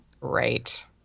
right